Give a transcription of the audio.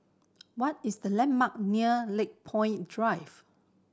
what is the landmark near Lakepoint Drive